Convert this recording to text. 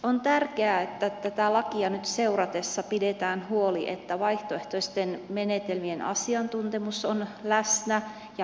on tärkeää että tätä lakia nyt seurattaessa pidetään huoli että vaihtoehtoisten menetelmien asiantuntemus on läsnä ja mukana